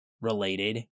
related